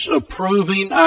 approving